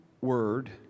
word